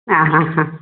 ആ ഹാ ഹാ